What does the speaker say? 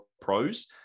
pros